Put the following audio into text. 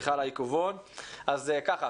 היום